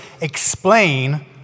explain